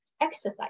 exercise